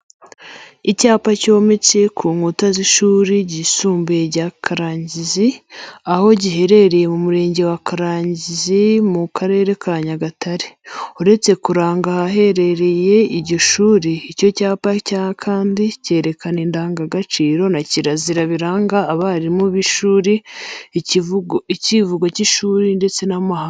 Icyapa cyometse ku nkuta z'ishuri ryisumbuye rya Karangazi, aho giherereye mu murenge wa Karangazi mu karere ka Nyagatare. Uretse kuranga ahaherereye iryo shuri, icyo cyapa kandi cyerekana indangagaciro na kirazira biranga abarimu b'ishuri, icyivugo cy'ishuri ndetse n'amahame y'intore.